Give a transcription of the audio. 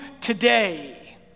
today